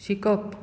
शिकप